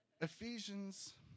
Ephesians